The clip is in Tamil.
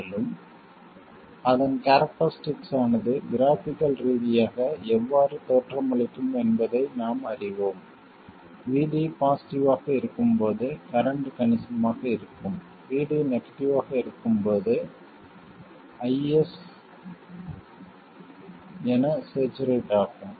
மேலும் அதன் கேரக்டரிஸ்டிக் ஆனது கிராஃபிகல் ரீதியாக எவ்வாறு தோற்றமளிக்கும் என்பதை நாம் அறிவோம் VD பாசிட்டிவ் ஆக இருக்கும்போது கரண்ட் கணிசமாக இருக்கும் VD நெகட்டிவ் ஆக இருக்கும் போது IS என சேச்சுரேட் ஆகும்